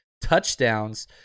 touchdowns